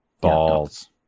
Balls